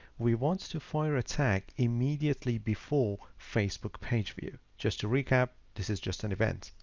we want to fire a tag immediately before facebook page view. just to recap, this is just an event,